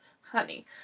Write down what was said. honey